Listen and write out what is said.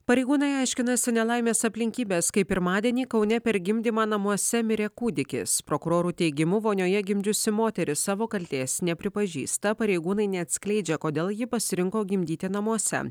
pareigūnai aiškinasi nelaimės aplinkybes kai pirmadienį kaune per gimdymą namuose mirė kūdikis prokurorų teigimu vonioje gimdžiusi moteris savo kaltės nepripažįsta pareigūnai neatskleidžia kodėl ji pasirinko gimdyti namuose